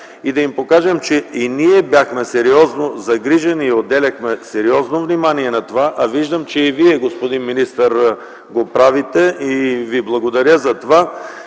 Да им покажем, че и ние бяхме сериозно загрижени и отделяхме сериозно внимание на това. Виждам, че и Вие, господин министър, го правите и Ви благодаря за това.